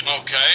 Okay